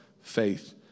faith